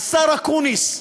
השר אקוניס,